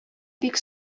бик